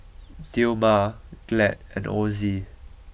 Dilmah Glad and Ozi